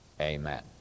Amen